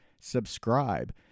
subscribe